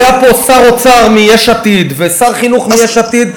היה פה שר אוצר מיש עתיד ושר חינוך מיש עתיד,